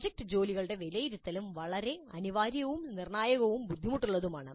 project ജോലികളുടെ വിലയിരുത്തലും വളരെ അനിവാര്യവും നിർണായകവും ബുദ്ധിമുട്ടുള്ളതുമാണ്